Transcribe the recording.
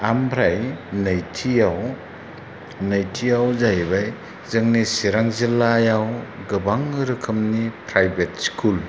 ओमफ्राय नैथियाव नैथियाव जाहैबाय जोंनि चिरां जिल्लायाव गोबां रोखोमनि प्रायभेद स्कुल